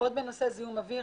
עוד בנושא זיהום אוויר.